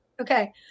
Okay